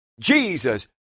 Jesus